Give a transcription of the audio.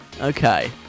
Okay